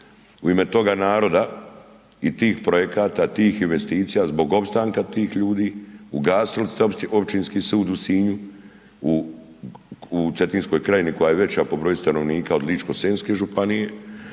u ime toga naroda i tih projekata i tih investicija zbog opstanka tih ljudi, ugasili ste Općinski sud u Sinju, u Cetinskoj krajini, koja je veća po broju stanovnika od Ličko-senjske županije,